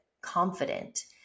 confident